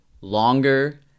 longer